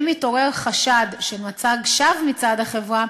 ואם מתעורר חשד של מצג שווא מצד החברה,